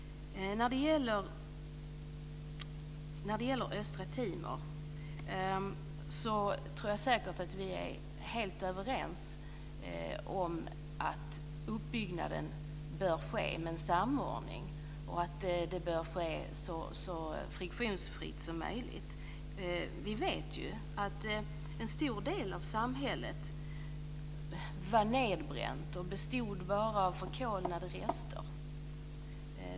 När det gäller Östra Timor tror jag säkert att vi är helt överens om att uppbyggnaden bör ske med en samordning och att det bör ske så friktionsfritt som möjligt. Vi vet ju att en stor del av samhället var nedbränt och bara bestod av förkolnade rester.